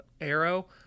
arrow